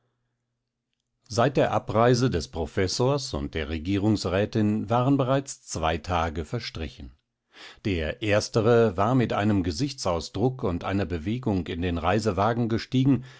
seit der abreise des professors und der regierungsrätin waren bereits zwei tage verstrichen der erstere war mit einem gesichtsausdruck und einer bewegung in den reisewagen gestiegen